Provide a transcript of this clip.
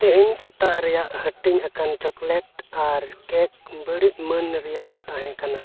ᱛᱮᱦᱮᱧ ᱥᱮᱛᱟᱜ ᱨᱮᱭᱟᱜ ᱦᱟᱹᱴᱤᱧ ᱟᱠᱟᱱ ᱪᱳᱠᱞᱮᱴ ᱟᱨ ᱠᱮᱠ ᱵᱟᱹᱲᱤᱡ ᱢᱟᱹᱱ ᱨᱮᱭᱟᱜ ᱛᱟᱦᱮᱸ ᱠᱟᱱᱟ